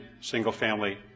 single-family